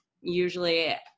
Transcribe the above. usually